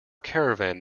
caravan